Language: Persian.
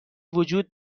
وجود